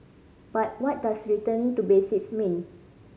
but what does returning to basics mean